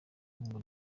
ngo